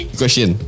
question